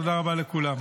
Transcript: תודה רבה לכולם.